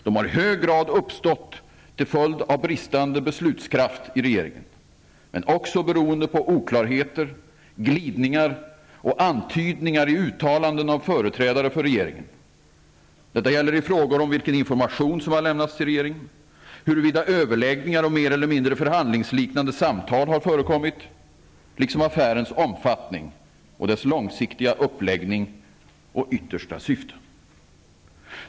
De har i hög grad uppstått till följd av brist på beslutskraft, men också på grund av oklarheter, glidningar och antydningar i uttalanden av företrädare för regeringen. Detta gäller i frågor om vilken information som har lämnats till regeringen, huruvida överläggningar och mer eller mindre förhandlingsliknande samtal har förekommit, liksom affärens omfattning, dess långsiktiga uppläggning och yttersta syfte.